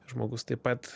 žmogus taip pat